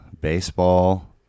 baseball